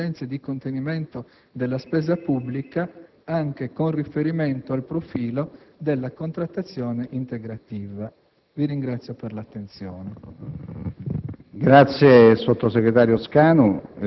ha pienamente tenuto conto delle esigenze di contenimento della spesa pubblica, anche con riferimento al profilo della contrattazione integrativa. PRESIDENTE. Ringrazio